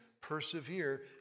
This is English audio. persevere